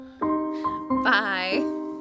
bye